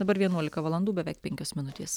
dabar vienuolika valandų beveik penkios minutės